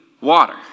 water